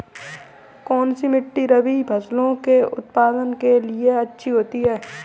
कौनसी मिट्टी रबी फसलों के उत्पादन के लिए अच्छी होती है?